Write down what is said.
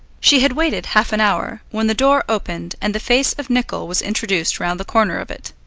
she had waited half an hour, when the door opened and the face of nicol was introduced round the corner of it.